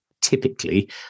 typically